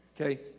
Okay